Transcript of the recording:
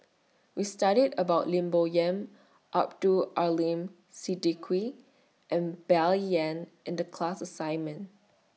We studied about Lim Bo Yam Abdul Aleem Siddique and Bai Yan in The class assignment